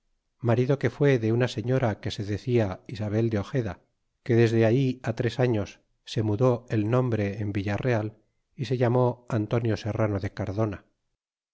marido que fué de una señora que se decia isabel de ojeda que desde ahí tres años se anidó el nombre en viilareal y se llamó antonio serrano de cardona